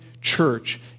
church